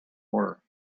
order